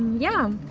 yeah.